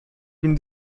been